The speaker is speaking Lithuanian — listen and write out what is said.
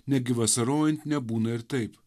netgi vasarojant nebūna ir taip